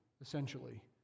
essentially